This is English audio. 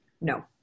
No